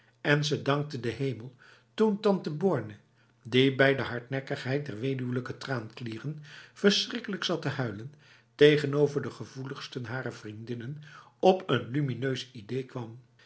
en ze dankte de hemel toen tante borne die bij de hardnekkigheid der weduwlijke traanklieren verschrikkelijk zat te huilen tegenover de gevoeligsten harer vriendinnen op een lumineus idee kwam